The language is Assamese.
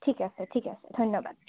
ঠিক আছে ঠিক আছে ধন্যবাদ